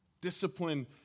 Discipline